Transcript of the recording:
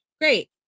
Great